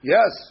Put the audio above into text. Yes